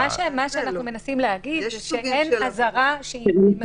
מה שאנחנו מנסים להגיד זה שאין אזהרה שהיא מחויבת,